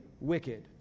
wicked